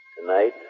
Tonight